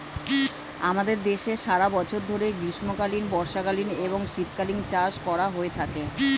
আমাদের দেশে সারা বছর ধরে গ্রীষ্মকালীন, বর্ষাকালীন এবং শীতকালীন চাষ করা হয়ে থাকে